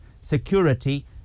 security